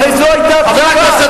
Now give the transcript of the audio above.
הרי זאת היתה תקופה,